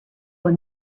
will